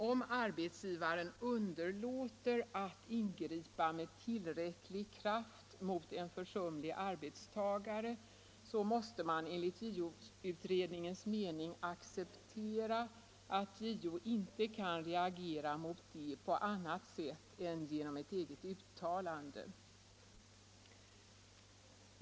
Om arbetsgivaren underlåter att ingripa med tillräcklig kraft mot en försumlig arbetstagare, måste man enligt JO-utredningens mening acceptera att JO inte kan reagera mot det på annat sätt än genom ett eget uttalande.